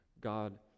God